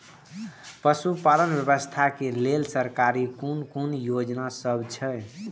पशु पालन व्यवसाय के लेल सरकारी कुन कुन योजना सब छै?